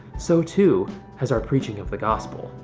so too has our preaching of the gospel.